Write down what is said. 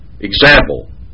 Example